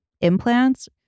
implants